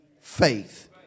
faith